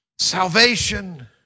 salvation